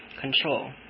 control